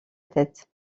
tête